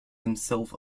himself